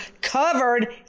covered